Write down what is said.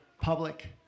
public